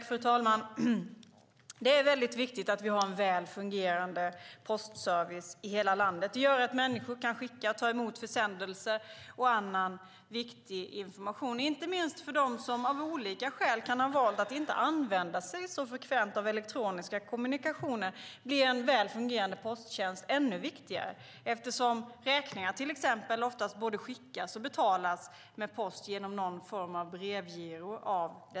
Fru talman! Det är väldigt viktigt att vi har en väl fungerande postservice i hela landet. Det gör att människor kan skicka och ta emot försändelser och annan viktig information. Inte minst för dem som av olika skäl kan ha valt att inte så frekvent använda elektroniska kommunikationer är en väl fungerande posttjänst ännu viktigare eftersom dessa personer ofta betalar sina räkningar med post genom någon form av brevgiro.